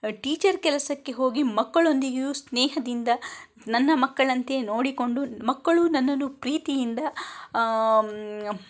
teacher ಕೆಲಸಕ್ಕೆ ಹೋಗಿ ಮಕ್ಕಳೊಂದಿಗೆಯೂ ಸ್ನೇಹದಿಂದ ನನ್ನ ಮಕ್ಕಳಂತೆಯೆ ನೋಡಿಕೊಂಡು ಮಕ್ಕಳು ನನ್ನನ್ನು ಪ್ರೀತಿಯಿಂದ